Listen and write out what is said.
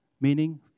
meaning